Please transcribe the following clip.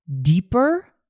deeper